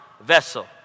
vessel